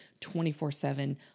24/7